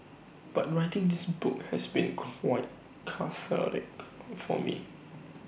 but writing this book has been quite cathartic for me